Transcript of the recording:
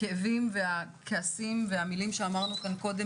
הכאבים והכעסים והמילים שאמרנו כאן קודם